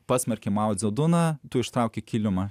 pasmerkei mao dze duną tu ištrauki kilimą